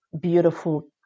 beautiful